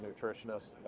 nutritionist